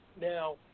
Now